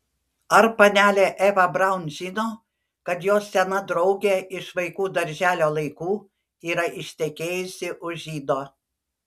ar panelė eva braun žino kad jos sena draugė iš vaikų darželio laikų yra ištekėjusi už žydo